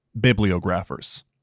bibliographers